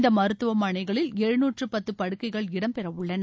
இந்த மருத்துவமனைகளில் எழுநூற்றி பத்து படுக்கைகள் இடம் பெற உள்ளன